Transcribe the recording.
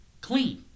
clean